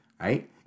right